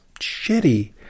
shitty